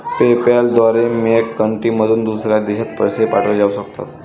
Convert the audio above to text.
PayPal द्वारे मेक कंट्रीमधून दुसऱ्या देशात पैसे पाठवले जाऊ शकतात